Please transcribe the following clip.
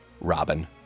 Robin